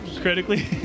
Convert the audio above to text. critically